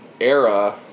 era